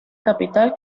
capital